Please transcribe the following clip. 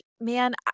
man